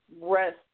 rest